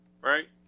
right